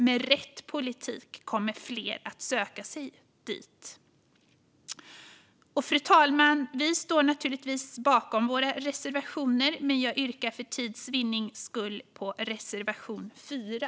Med rätt politik kommer fler att söka sig till läraryrket. Fru talman! Vi står naturligtvis bakom samtliga våra reservationer, men jag yrkar för tids vinning bifall endast till reservation 4.